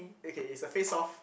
okay is a face off